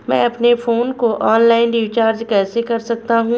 मैं अपने फोन को ऑनलाइन रीचार्ज कैसे कर सकता हूं?